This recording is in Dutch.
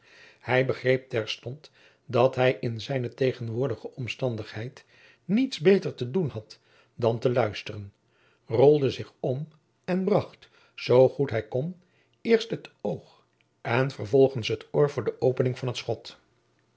hij begreep terstond dat hij in zijne tegenwoordige omstandigheid niets beter te doen had dan te luisteren rolde zich om en bracht zoo goed hij kon eerst het oog en vervolgens het oor voor de opening van het schot